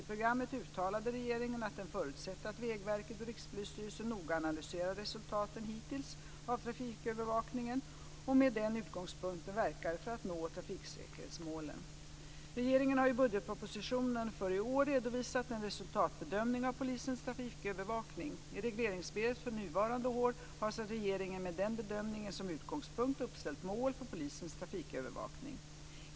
I programmet uttalade regeringen att den förutsätter att Vägverket och Rikspolisstyrelsen noga analyserar resultaten hittills av trafikövervakningen och med den utgångspunkten verkar för att nå trafiksäkerhetsmålen. Regeringen har i budgetpropositionen för i år redovisat en resultatbedömning av polisens trafikövervakning. I regleringsbrevet för nuvarande år har sedan regeringen med den bedömningen som utgångspunkt uppställt mål för polisens trafikövervakning.